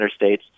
interstates